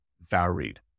varied